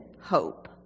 hope